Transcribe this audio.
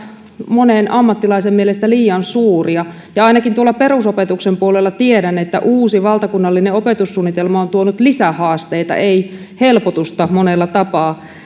monen ammattilaisen mielestä liian suuria ja tiedän että ainakin perusopetuksen puolella uusi valtakunnallinen opetussuunnitelma on tuonut lisähaasteita ei helpotusta monella tapaa